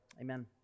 amen